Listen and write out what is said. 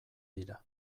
dira